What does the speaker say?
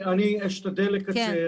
אני אשתדל לקצר.